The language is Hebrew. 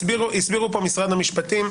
הסבירו פה משרד המשפטים,